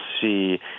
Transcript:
see